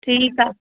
ठीकु आहे